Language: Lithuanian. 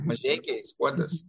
mažeikiai skuodas